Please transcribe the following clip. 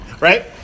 Right